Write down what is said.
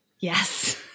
Yes